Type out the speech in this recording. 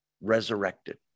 resurrected